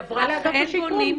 היא עברה לאגף השיקום,